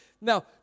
Now